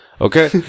Okay